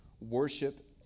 worship